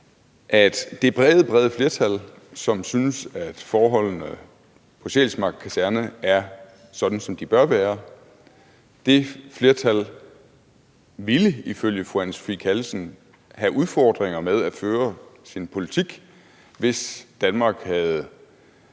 at det brede, brede flertal, som synes, at forholdene på Sjælsmark Kaserne er sådan, som de bør være, ifølge fru Anne Sophie Callesen ville have udfordringer med at føre sin politik, hvis Danmark havde